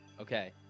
okay